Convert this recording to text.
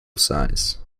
size